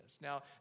Now